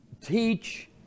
teach